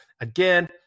again –